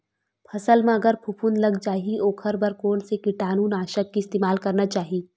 फसल म अगर फफूंद लग जा ही ओखर बर कोन से कीटानु नाशक के इस्तेमाल करना चाहि?